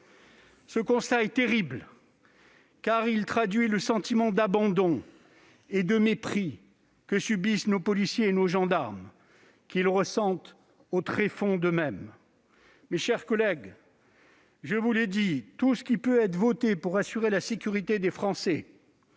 Ce constat est terrible, car il traduit le sentiment d'abandon et de mépris que subissent nos policiers et nos gendarmes, qu'ils ressentent au tréfonds d'eux-mêmes. Mes chers collègues, je vous le dis, tout ce qui peut être voté pour assurer la sécurité des Français